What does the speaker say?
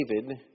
David